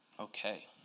Okay